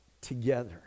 together